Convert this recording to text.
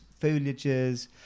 foliages